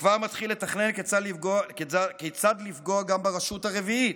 וכבר מתחיל לתכנן כיצד לפגוע גם ברשות הרביעית,